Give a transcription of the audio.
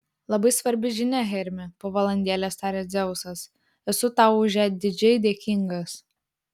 labai svarbi žinia hermi po valandėlės tarė dzeusas esu tau už ją didžiai dėkingas